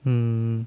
mm